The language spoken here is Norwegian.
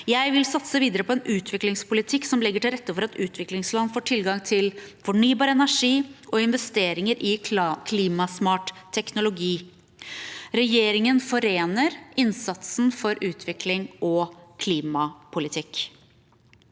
Jeg vil satse videre på en utviklingspolitikk som legger til rette for at utviklingsland får tilgang til fornybar energi og investeringer i klimasmart teknologi. Regjeringen forener innsatsen for utvikling og klimapolitikk.